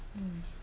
mm